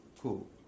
cool